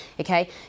Okay